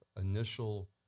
initial